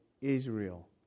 Israel